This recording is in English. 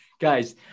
Guys